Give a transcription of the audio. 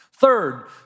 Third